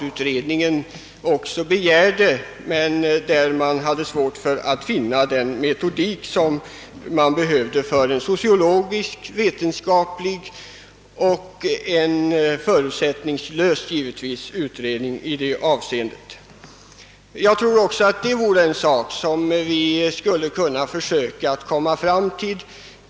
Utredningen kyrka-stat begärde ju en sociologiskvetenskaplig och förutsättningslös utredning i detta hänseende, men det ansågs vara svårt att finna en metodik. Jag tror emellertid att denna fråga behöver undersökas.